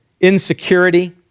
insecurity